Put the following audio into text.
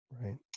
Right